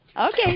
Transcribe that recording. Okay